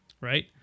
right